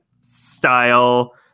style